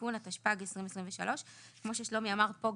תיקון התשפ"ג 2023. כמו ששלומי אמר פה,